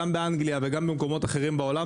גם באנגליה וגם במקומות אחרים בעולם,